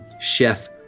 Chef